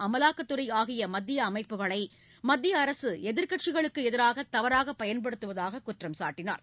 அமலாக்கத் துறை ஆகிய மத்திய அமைப்புகளை மத்திய அரசு எதிர்க்கட்சிகளுக்கு எதிராக தவறாக பயன்படுத்துவதாக குற்றம்சாட்டினார்